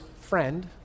friend